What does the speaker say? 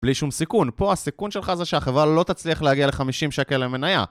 בלי שום סיכון, פה הסיכון שלך זה שהחברה לא תצליח להגיע לחמישים שקל למניה